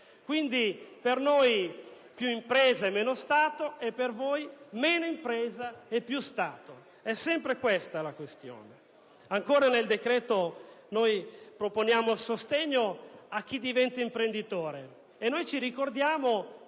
Noi scegliamo più impresa e meno Stato, voi meno impresa e più Stato: è sempre questa la questione. Nel decreto proponiamo sostegno a chi diventa imprenditore, ma ci ricordiamo